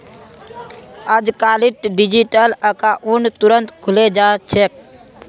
अजकालित digital account तुरंत खुले जा छेक